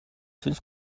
fünf